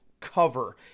cover